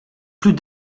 plus